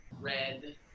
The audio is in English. red